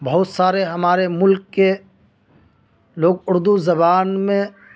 بہت سارے ہمارے ملک کے لوگ اردو زبان میں